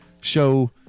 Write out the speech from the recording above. Show